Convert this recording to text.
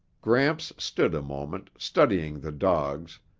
gramps stood a moment, studying the dogs,